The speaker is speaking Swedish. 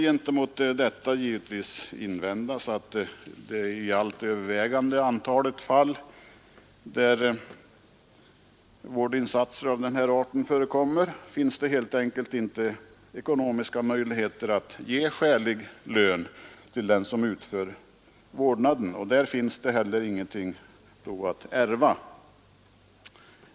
Gentemot detta kan givetvis invändas att det i övervägande antalet fall, där vårdinsatser av denna art förekommer, helt enkelt inte finns ekonomiska möjligheter att ge skälig lön till den som utfört vårdnaden. Där finns heller ingenting att ärva.